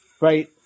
Right